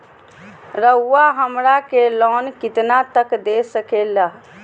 रउरा हमरा के लोन कितना तक का दे सकेला?